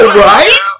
right